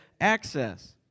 access